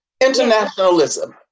internationalism